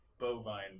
bovine